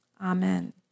Amen